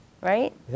Right